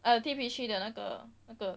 err T_P_G 的那个那个